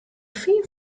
fyn